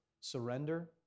surrender